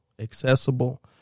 accessible